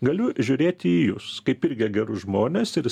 galiu žiūrėti į jus kaip irgi gerus žmones ir